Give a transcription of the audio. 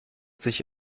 sich